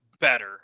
better